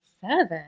Seven